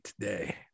today